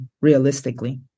realistically